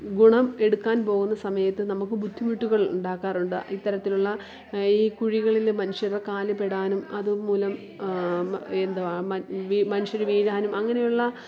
ഗുണം എടുക്കാൻ പോകുന്ന സമയത്ത് നമുക്ക് ബുദ്ധിമുട്ടുകൾ ഉണ്ടാക്കാറുണ്ട് ഇത്തരത്തിലുള്ള ഈ കുഴികളിലെ മനുഷ്യരുടെ കാൽ പെടാനും അതുമൂലം എന്തുവാ മ വീ മനുഷ്യർ വീഴാനും അങ്ങനെയുള്ള